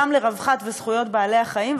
גם לרווחת וזכויות בעלי-החיים,